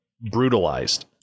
brutalized